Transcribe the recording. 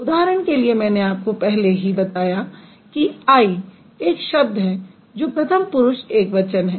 उदाहरण के लिए मैंने आपको पहले ही बताया कि आई एक शब्द है जो प्रथम पुरुष एक वचन है